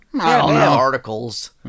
articles